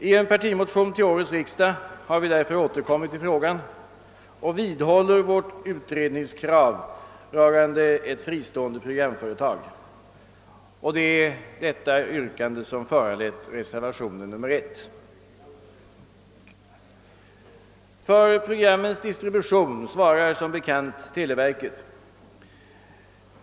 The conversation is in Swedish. I en partimotion till årets riksdag har vi därför återkommit i frågan och vidhåller vårt utredningskrav rörande ett fristående programföretag. Det är detta yrkande som föranlett reservationen 1. För programmens distribution svarar som bekant televerket.